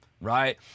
right